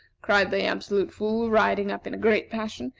cried the absolute fool, riding up in a great passion.